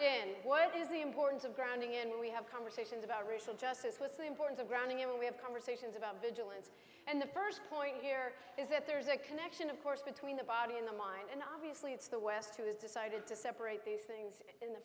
and what is the importance of grounding in we have conversations about racial justice with the importance of grounding in we have conversations about vigilance and the first point here is that there's a connection of course between the body and the mind and obviously it's the west who has decided to separate these things in the